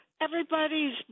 Everybody's